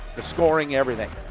the scoring everything.